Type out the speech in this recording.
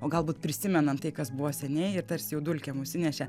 o galbūt prisimenant tai kas buvo seniai ir tarsi jau dulkėm užsinešė